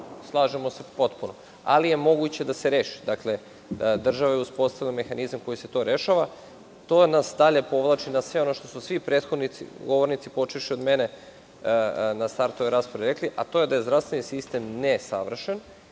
slažemo se potpuno, ali je moguće da se reši. Dakle, država je uspostavila mehanizam kojim se to rešava. To nas dalje povlači na sve ono što su prethodni govornici, počevši od mene, na startu ove rasprave rekli, a to je da je zdravstveni sistem ne savršen